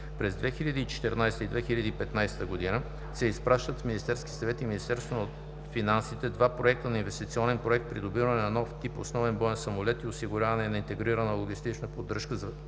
през 2014 г. и 2015 г. се изпращат в Министерския съвет и Министерството на финансите два проекта на Инвестиционен проект „Придобиване на нов тип основен боен самолет и осигуряване на интегрирана логистична поддръжка“ за финансиране